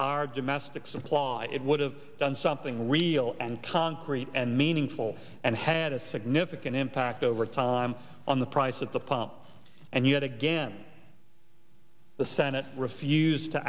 our domestic supply it would have done something real and concrete and meaningful and had a significant impact over time on the price at the pump and yet again the senate refused to